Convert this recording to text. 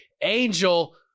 angel